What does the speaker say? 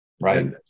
Right